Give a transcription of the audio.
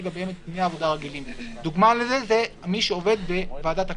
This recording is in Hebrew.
ביום הבחירות אני לא יכול לשלוט על שעות נוספות ומתי האדם עבד ולא עבד.